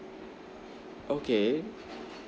okay